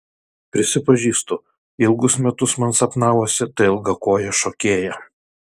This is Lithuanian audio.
prisipažįstu ilgus metus man sapnavosi ta ilgakojė šokėja